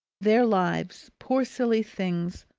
their lives, poor silly things,